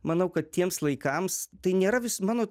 manau kad tiems laikams tai nėra vis mano